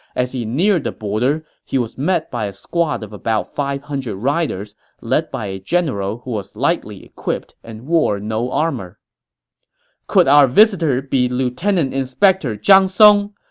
as he neared the border, he was met by a squad of about five hundred riders, led by a general who was lightly equipped and wore no armor could our visitor be lieutenant inspector zhang song?